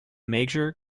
major